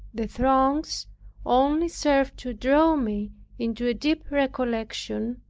the throngs only served to draw me into a deep recollection,